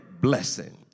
blessing